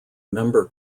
member